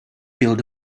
build